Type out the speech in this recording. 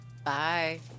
Bye